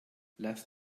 lass